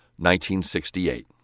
1968